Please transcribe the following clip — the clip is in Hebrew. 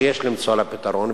שיש למצוא לה פתרון,